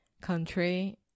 country